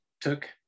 took